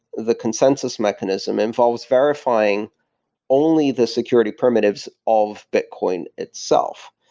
the consensus mechanism involves verifying only the security primitives of bitcoin itself,